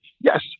Yes